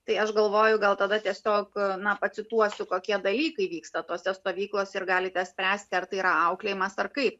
tai aš galvoju gal tada tiesiog na pacituosiu kokie dalykai vyksta tose stovyklose ir galite spręsti ar tai yra auklėjimas ar kaip